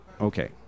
Okay